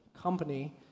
company